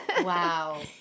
Wow